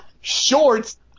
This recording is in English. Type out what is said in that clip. shorts